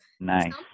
nice